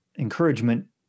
encouragement